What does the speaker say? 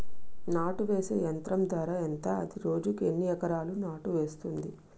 నాటు వేసే యంత్రం ధర ఎంత? అది రోజుకు ఎన్ని ఎకరాలు నాటు వేస్తుంది?